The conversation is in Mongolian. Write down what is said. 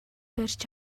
барьж